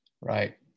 right